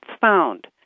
found